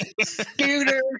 Scooter